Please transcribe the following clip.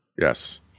yes